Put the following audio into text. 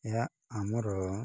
ଏହା ଆମର